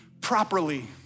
properly